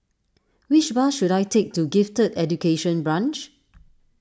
which bus should I take to Gifted Education Branch